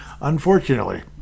unfortunately